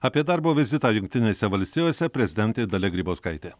apie darbo vizitą jungtinėse valstijose prezidentė dalia grybauskaitė